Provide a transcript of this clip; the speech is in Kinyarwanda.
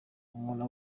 umuntu